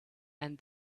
and